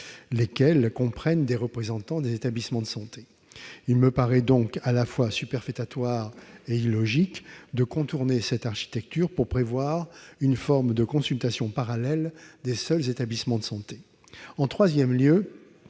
lesquelles comprennent des représentants des établissements de santé. Il me paraît donc à la fois superfétatoire et illogique de contourner cette architecture pour prévoir une forme de consultation parallèle des seuls établissements de santé. Troisièmement,